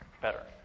better